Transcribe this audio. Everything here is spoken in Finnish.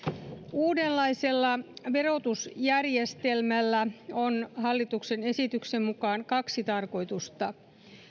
uudenlaisella verotusjärjestelmällä on hallituksen esityksen mukaan kaksi tarkoitusta